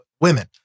women